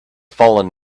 fallen